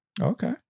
Okay